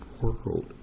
world